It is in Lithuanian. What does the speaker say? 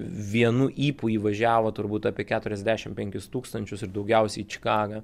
vienu ypu įvažiavo turbūt apie keturiasdešim penkis tūkstančius ir daugiausiai į čikagą